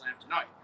tonight